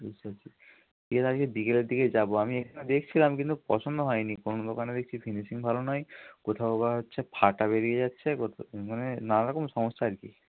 বুঝতে পারছি ঠিক আছে আজকে বিকেলের দিকে যাবো আমি এখানে দেখছিলাম কিন্তু পছন্দ হয় নি কোনো দোকানে দেখছি ফিনিশং ভালো নয় কোথাও বা হচ্ছে ফাটা বেরিয়ে যাচ্ছে কোথা মানে নানারকমের সমস্যা আর কি